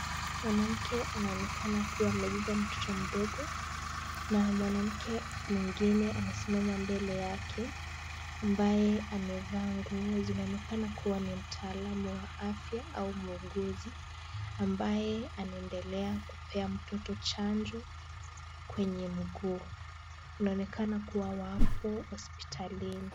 Mwanamke anaonekana akiwa amebeba mtoto mdogo na mwanamke mwingine amesimama mbele yake, ambaye amevaa nguo zinaonekana kuwa ni mtaalamu wa afya au muuguzi, ambaye anaendelea kupea mtoto chanjo kwenye mguu. Inaonekana kuwa wako hospitalini.